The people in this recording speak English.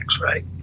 right